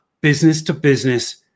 business-to-business